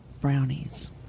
brownies